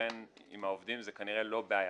ולכן עם העובדים זו כנראה לא בעיה,